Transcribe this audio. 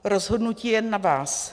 Rozhodnutí je jen na vás.